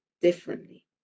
differently